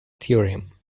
theorem